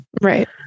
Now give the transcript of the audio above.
Right